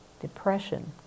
depression